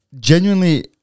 genuinely